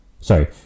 sorry